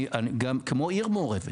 אני גם כמו עיר מעורבת.